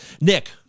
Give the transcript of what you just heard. Nick